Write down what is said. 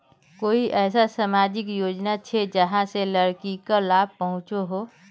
कोई ऐसा सामाजिक योजना छे जाहां से लड़किक लाभ पहुँचो हो?